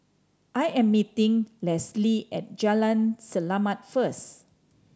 I am meeting Leslee at Jalan Selamat first